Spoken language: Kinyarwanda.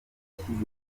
yashyize